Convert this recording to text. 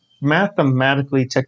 mathematically